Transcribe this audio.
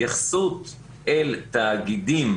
שההתייחסות אל תאגידים,